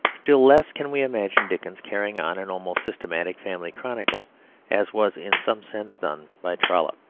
still less can we imagine dickens carrying on an almost systematic family chronicle as was in some sense done by trollope.